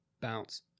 bounce